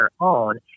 on